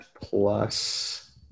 plus